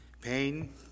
pain